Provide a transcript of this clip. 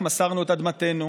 כך מסרנו את אדמתנו,